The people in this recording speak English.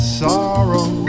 sorrow